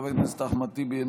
חבר הכנסת אחמד טיבי,